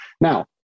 Now